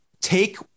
take